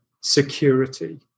security